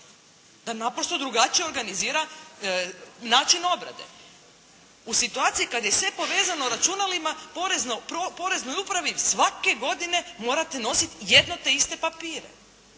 da naprosto drugačije organizira način obrade. U situaciji kad je sve povezano računalima, poreznoj upravi svake godine morate nositi jedne te iste papire.